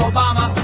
Obama